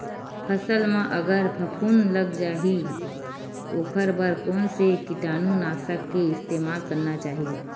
फसल म अगर फफूंद लग जा ही ओखर बर कोन से कीटानु नाशक के इस्तेमाल करना चाहि?